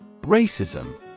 Racism